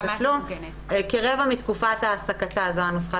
הנוסח של החוק אומר כרבע מתקופת העסקתה.